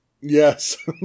Yes